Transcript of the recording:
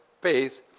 faith